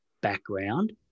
background